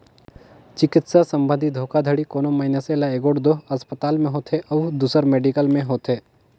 चिकित्सा संबंधी धोखाघड़ी कोनो मइनसे ल एगोट दो असपताल में होथे अउ दूसर मेडिकल में होथे